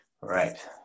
Right